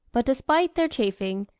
but despite their chaffing,